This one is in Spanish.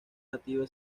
nativa